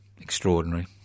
extraordinary